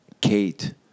Kate